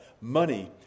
money